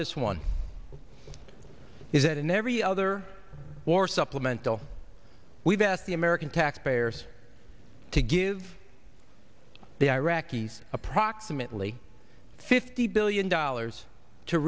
this one is that in every other war supplemental we've asked the american taxpayers to give the iraqis approximately fifty billion dollars to